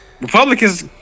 Republicans